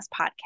podcast